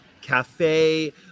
cafe